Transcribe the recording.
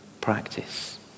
practice